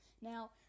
now